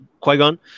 Qui-Gon